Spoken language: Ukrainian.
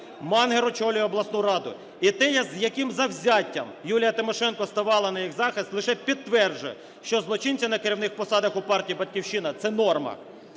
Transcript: очолює обласну раду. І те, з яким завзяттям Юлія Тимошенко ставала на їх захист, лише підтверджує, що злочинці на керівних посадах у партії "Батьківщина" – це норма.